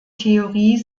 theorie